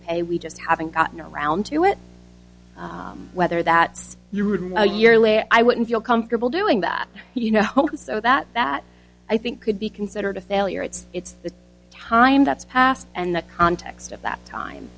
pay we just haven't gotten around to it whether that's you would know your lay i wouldn't feel comfortable doing that you know so that that i think could be considered a failure it's it's the time that's passed and the context of that time